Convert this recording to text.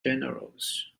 generals